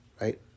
right